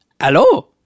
hello